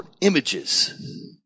images